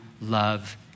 love